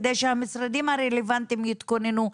כדי שהמשרדים הרלוונטיים יתכוננו,